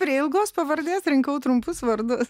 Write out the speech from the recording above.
prie ilgos pavardės rinkau trumpus vardus